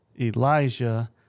Elijah